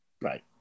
Right